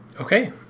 Okay